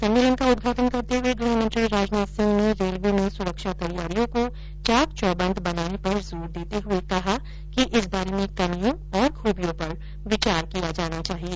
सम्मेलन का उदघाटन करते हुए गृह मंत्री राजनाथ सिंह ने रेलवे में सुरक्षा तैयारियों को चाकचौबंद बनाने पर जोर देते हुए कहा कि इस बारे में कमियों और खूबियों पर विचार किया जाना चाहिए